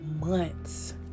months